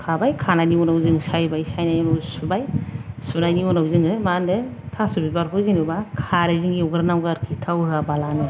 खाबाय खानायनि उनावजों सायबाय सायनायनि उनाव सुबाय सुनायनि उनाव जोङो मा होनो थास' बिबारखौ जेन'बा खारैजों एवग्रौनांगौ आरोखि थाव होआबालानो